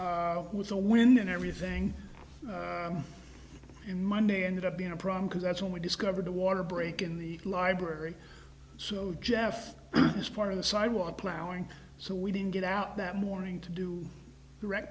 with the wind and everything in monday ended up being a problem because that's when we discovered a water break in the library so jeff was part of the sidewalk plowing so we didn't get out that morning to do direct